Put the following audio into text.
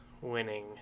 winning